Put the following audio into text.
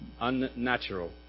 Unnatural